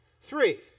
Three